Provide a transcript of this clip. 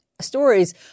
stories